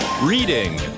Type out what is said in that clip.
Reading